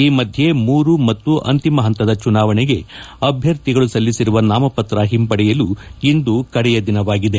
ಈ ಮಧ್ಯೆ ಮೂರು ಮತ್ತು ಅಂತಿಮ ಪಂತದ ಚುನಾವಣೆಗೆ ಅಭ್ಲರ್ಥಿಗಳು ಸಲ್ಲಿಸಿರುವ ನಾಮಪತ್ರ ಹಿಂಪಡೆಯಲು ಇಂದು ಕಡೆಯ ದಿನವಾಗಿದೆ